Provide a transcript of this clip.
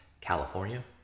california